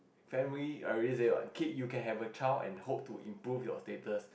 family already say what kid you can have a child and hope to improve your status